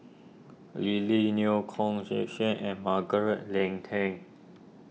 Lily Neo Kok and Margaret Leng Tan